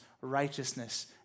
righteousness